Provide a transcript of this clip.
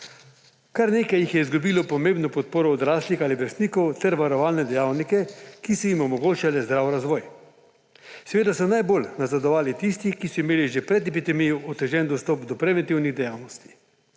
Kar nekaj jih je izgubilo pomembno podporo odraslih ali vrstnikov ter varovalne dejavnike, ki so jim omogočale zdrav razvoj. Seveda so najbolj nazadovali tisti, ki so imeli že pred epidemijo otežen dostop do preventivnih dejavnosti,